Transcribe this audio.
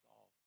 off